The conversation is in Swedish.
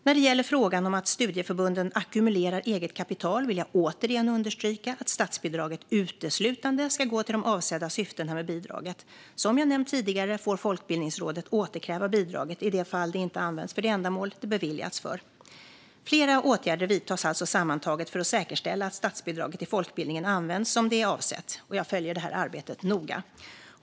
När det gäller frågan om att studieförbunden ackumulerar eget kapital vill jag återigen understryka att statsbidraget uteslutande ska gå till de avsedda syftena med bidraget. Som jag nämnt tidigare får Folkbildningsrådet återkräva bidraget i det fall det inte använts för det ändamål det beviljats för. Flera åtgärder vidtas alltså sammantaget för att säkerställa att statsbidraget till folkbildningen används som det är avsett. Jag följer det här arbetet noga.